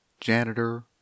janitor